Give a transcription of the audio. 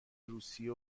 روسیه